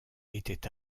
était